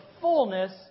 fullness